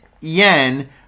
yen